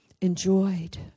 Enjoyed